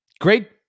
Great